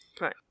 Right